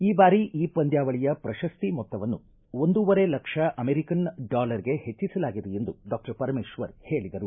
ಈ ಬಾರಿ ಈ ಪಂದ್ಯಾವಳಿಯ ಪ್ರಶಸ್ತಿ ಮೊತ್ತವನ್ನು ಒಂದೂವರೆ ಲಕ್ಷ ಅಮೆರಿಕನ್ ಡಾಲರ್ಗೆ ಹೆಚ್ಚಿಸಲಾಗಿದೆ ಎಂದು ಡಾಕ್ಟರ್ ಪರಮೇಶ್ವರ್ ಹೇಳಿದರು